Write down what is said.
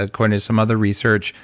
according to some other research.